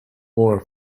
more